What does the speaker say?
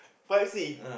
fuzzy